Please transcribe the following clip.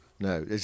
No